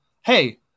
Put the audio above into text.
hey